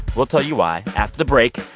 we'll tell you why after the break.